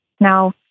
Now